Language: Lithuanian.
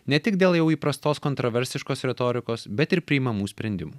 ne tik dėl jau įprastos kontroversiškos retorikos bet ir priimamų sprendimų